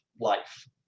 life